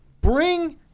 bring